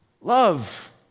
Love